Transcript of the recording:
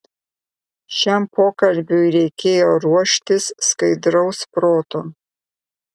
šiam pokalbiui reikėjo ruoštis skaidraus proto